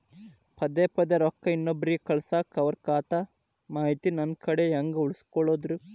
ಪದೆ ಪದೇ ರೊಕ್ಕ ಇನ್ನೊಬ್ರಿಗೆ ಕಳಸಾಕ್ ಅವರ ಖಾತಾ ಮಾಹಿತಿ ನನ್ನ ಕಡೆ ಹೆಂಗ್ ಉಳಿಸಿಕೊಳ್ಳೋದು?